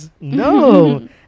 No